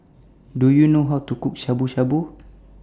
Do YOU know How to Cook Shabu Shabu